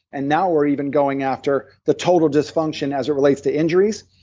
and now we're even going after the total dysfunction as it relates to injuries.